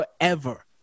forever